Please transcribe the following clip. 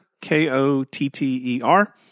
K-O-T-T-E-R